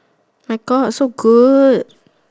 my God so good